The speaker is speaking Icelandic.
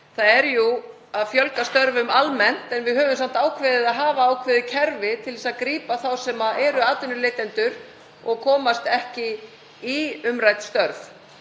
Það er jú verið að fjölga störfum almennt en við höfum samt ákveðið að hafa ákveðið kerfi til þess að grípa þá sem eru atvinnuleitendur og komast ekki í umrædd störf.